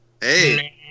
hey